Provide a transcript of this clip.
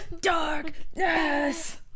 Darkness